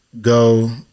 go